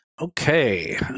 okay